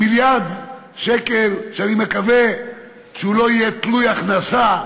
מיליארד שקל, שאני מקווה שהוא לא יהיה תלוי הכנסה.